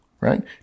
right